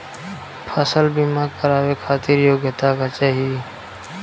फसल बीमा करावे खातिर योग्यता का चाही?